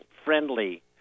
friendly